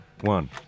One